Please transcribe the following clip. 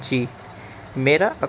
جی میرا